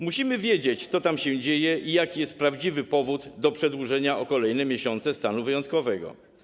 Musimy wiedzieć, co tam się dzieje i jaki jest prawdziwy powód przedłużenia o kolejne miesiące stanu wyjątkowego.